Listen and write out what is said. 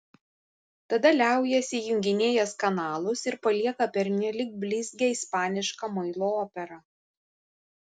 tada liaujasi junginėjęs kanalus ir palieka pernelyg blizgią ispanišką muilo operą